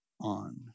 on